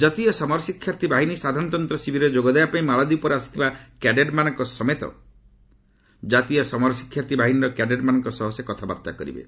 ଜାତୀୟ ସମରଶିକ୍ଷାର୍ଥୀ ବାହିନୀ ସାଧାରଣତନ୍ତ୍ର ଶିବିରରେ ଯୋଗ ଦେବା ପାଇଁ ମାଳଦ୍ୱୀପରୁ ଆସିଥିବା କ୍ୟାଡେଟ୍ମାନଙ୍କ ସମେତ କ୍ଜାତୀୟ ସମରଶିକ୍ଷାର୍ଥୀ ବାହିନୀର କ୍ୟାଡେଟ୍ମାନଙ୍କ ସହ ସେ କଥାବାର୍ତ୍ତା କରିବେ